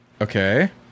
Okay